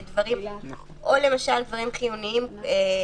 אלו דברים חיוניים למשל,